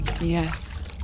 Yes